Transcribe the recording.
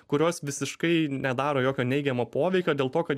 kurios visiškai nedaro jokio neigiamo poveikio dėl to kad